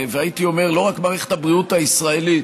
והייתי אומר שלא רק מערכת הבריאות הישראלית